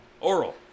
oral